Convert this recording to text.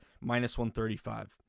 minus-135